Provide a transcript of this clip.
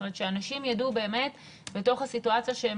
זאת אומרת שאנשים יידעו באמת בתוך הסיטואציה שהם